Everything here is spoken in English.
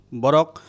borok